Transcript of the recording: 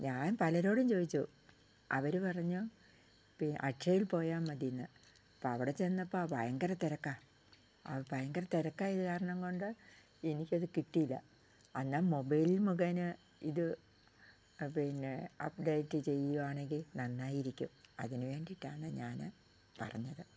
ഞാൻ പലരോടും ചോദിച്ചു അവര് പറഞ്ഞു അക്ഷയിൽ പോയാൽ മതി എന്ന് അപ്പം അവിടെ ചെന്നപ്പോൾ ഭയങ്കര തിരക്കാണ് ആ ഭയങ്കര തിരക്കായത് കാരണം കൊണ്ട് എനിക്കത് കിട്ടിയില്ല അന്നാ മൊബൈൽ മുഖേന ഇത് പിന്നെ അപ്ഡേറ്റ് ചെയ്യുവാണെങ്കിൽ നന്നായിരിക്കും അതിന് വേണ്ടിയിട്ടാണ് ഞാന് പറഞ്ഞത്